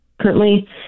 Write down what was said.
currently